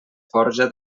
forja